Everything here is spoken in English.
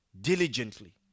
diligently